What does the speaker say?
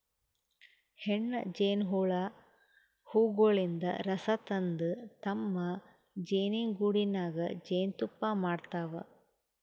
ಹೆಣ್ಣ್ ಜೇನಹುಳ ಹೂವಗೊಳಿನ್ದ್ ರಸ ತಂದ್ ತಮ್ಮ್ ಜೇನಿಗೂಡಿನಾಗ್ ಜೇನ್ತುಪ್ಪಾ ಮಾಡ್ತಾವ್